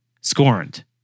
scorned